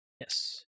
Yes